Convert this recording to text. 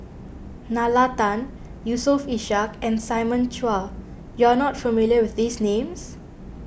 Nalla Tan Yusof Ishak and Simon Chua you are not familiar with these names